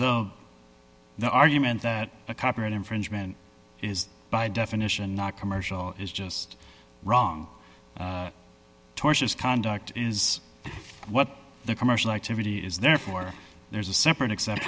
so the argument that a copyright infringement is by definition not commercial is just wrong tortious conduct is what the commercial activity is therefore there's a separate except